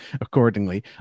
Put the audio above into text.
accordingly